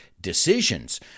decisions